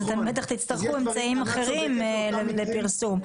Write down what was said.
בטח תצטרכו אמצעים אחרים לפרסום.